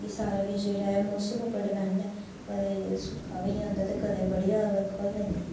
एह् सारा किश जेह्ड़ा ऐ मोसम उप्पर डिपैंड ऐ कदें सुक्का पेई जंदा ते कदें बड़ी ज्यादा बरखा होई जंदी